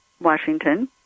Washington